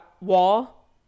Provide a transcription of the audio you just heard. wall